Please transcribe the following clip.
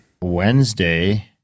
Wednesday